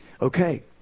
Okay